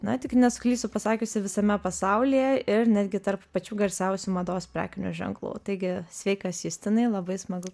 na tikiu nesuklysiu pasakiusi visame pasaulyje netgi tarp pačių garsiausių mados prekinių ženklų taigi sveikas justinai labai smagu